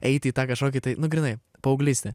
eiti į tą kažkokį tai nu grynai paauglystė